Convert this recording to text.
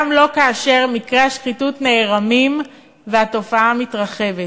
גם לא כאשר מקרי השחיתות נערמים והתופעה מתרחבת,